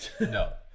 No